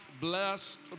blessed